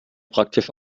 praktisch